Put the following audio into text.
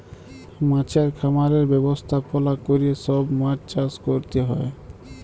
মাছের খামারের ব্যবস্থাপলা ক্যরে সব মাছ চাষ ক্যরতে হ্যয়